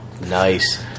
nice